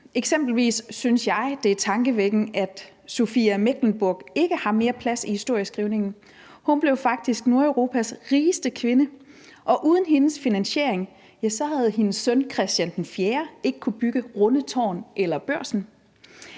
tankevækkende, at Sophie af Mecklenburg ikke har fået mere plads i historieskrivningen. Hun blev faktisk Nordeuropas rigeste kvinde, og uden hendes finansiering havde hendes søn Christian IV ikke kunnet bygge Rundetårn eller Børsen.